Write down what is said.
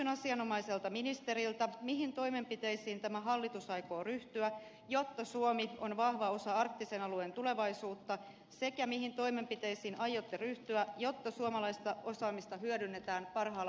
kysyn asianomaiselta ministeriltä mihin toimenpiteisiin tämä hallitus aikoo ryhtyä jotta suomi on vahva osa arktisen alueen tulevaisuutta sekä mihin toimenpiteisiin aiotte ryhtyä jotta suomalaista osaamista hyödynnetään parhaalla mahdollisella tavalla